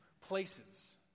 places